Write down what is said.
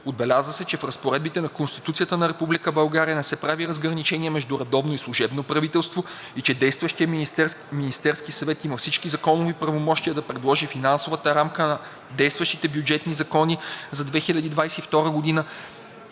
Отбеляза се, че в разпоредбите на Конституцията на Република България не се прави разграничение между редовно и служебно правителство и че действащият Министерски съвет има всички законови правомощия да предложи финансовата рамка на действащите бюджетни закони за 2022 г.,